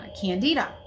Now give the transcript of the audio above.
candida